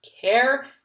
care